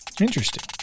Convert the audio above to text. Interesting